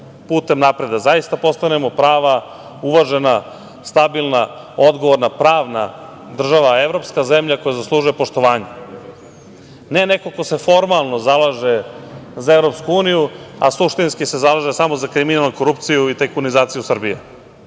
putem napred, da zaista postanemo prava, uvažena, stabilna, odgovorna, pravna država, evropska zemlja koja zaslužuje poštovanje, ne neko ko se formalno zalaže za EU, a suštinski se zalaže samo za kriminal, korupciju i tajkunizaciju Srbije.